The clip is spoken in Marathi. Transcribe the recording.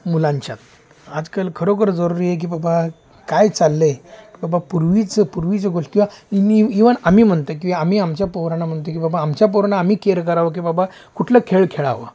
मुलांच्यात आजकाल खरोखर जरुरी आहे की बाबा काय चाललंय की बाबा पूर्वीचं पूर्वीच गोष्टी किंवा इव्हन आम्ही म्हणतो की आम्ही आमच्या पोरांना म्हणतो की बाबा आमच्या पोरांना आम्ही केअर करावं की बाबा कुठलं खेळ खेळावं